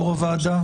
יושב-ראש הוועדה,